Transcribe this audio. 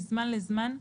מזמן לזמן,